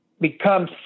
become